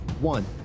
one